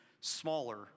smaller